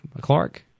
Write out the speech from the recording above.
Clark